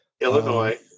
illinois